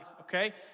okay